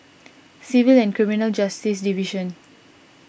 Civil and Criminal Justice Division